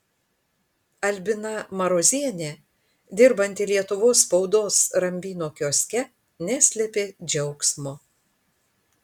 albina marozienė dirbanti lietuvos spaudos rambyno kioske neslėpė džiaugsmo